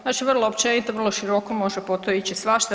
Znači vrlo općenito, vrlo široko može pod to ići svašta.